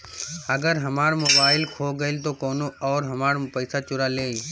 अगर हमार मोबइल खो गईल तो कौनो और हमार पइसा चुरा लेइ?